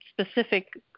specific